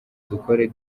dukore